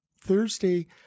Thursday